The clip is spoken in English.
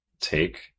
take